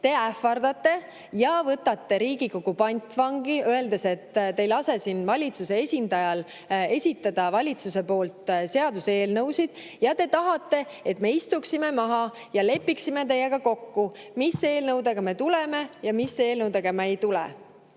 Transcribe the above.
Te ähvardate ja võtate Riigikogu pantvangi, öeldes, et te ei lase valitsuse esindajal esitada valitsusest tulevaid seaduseelnõusid, ja tahate, et me istuksime maha ja lepiksime teiega kokku, mis eelnõudega me tuleme ja mis eelnõudega me ei tule.